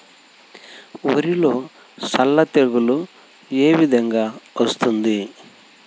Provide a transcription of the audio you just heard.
వరిలో సల్ల తెగులు ఏ విధంగా వస్తుంది?